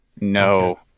No